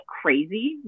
crazy